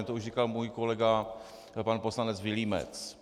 To už říkal můj kolega pan poslanec Vilímec.